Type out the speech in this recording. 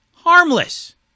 harmless